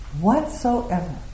whatsoever